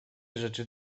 rzeczy